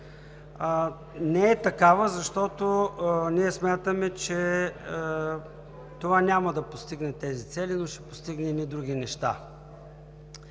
не е такава, защото ние смятаме, че това няма да постигне тези цели, но ще постигнем и други неща.